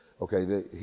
Okay